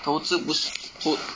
投资不是